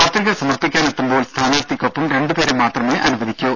പത്രിക സമർപ്പിക്കാനെത്തുമ്പോൾ സ്ഥാനാർത്ഥിക്കൊപ്പം രണ്ടുപേരെ മാത്രമേ അനുവദിക്കൂ